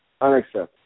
unacceptable